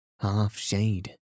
half-shade